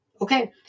Okay